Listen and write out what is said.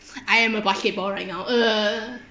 I am a basketball right now uh